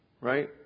right